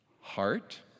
heart